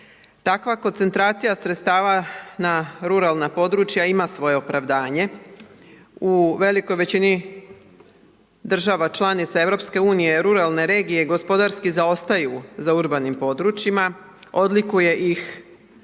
Takva koncentracija sredstava na ruralna područja ima svoje opravdanje. U velikoj većini država članica EU-a ruralne regije gospodarski zaostaju za urbanim područjima, odlikuje ih